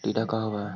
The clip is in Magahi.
टीडा का होव हैं?